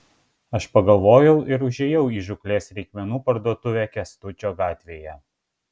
aš pagalvojau ir užėjau į žūklės reikmenų parduotuvę kęstučio gatvėje